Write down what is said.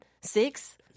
six